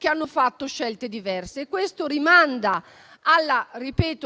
che hanno fatto scelte diverse. Questo rimanda alla